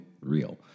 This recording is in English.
real